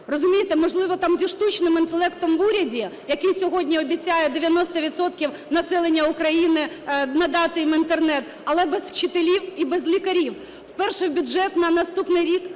Розумієте, можливо, там зі штучним інтелектом в уряді, який сьогодні обіцяє 90 відсотків населення України надати їм Інтернет, але без вчителів і без лікарів. Вперше в бюджет на наступний рік